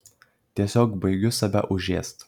tiesiog baigiu save užėst